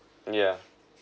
yeah